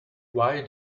why